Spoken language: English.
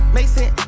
Mason